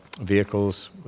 vehicles